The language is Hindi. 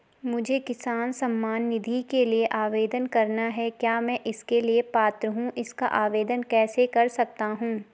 मुझे किसान सम्मान निधि के लिए आवेदन करना है क्या मैं इसके लिए पात्र हूँ इसका आवेदन कैसे कर सकता हूँ?